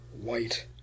white